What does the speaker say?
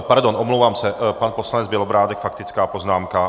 Pardon, omlouvám se, pan poslanec Bělobrádek, faktická poznámka.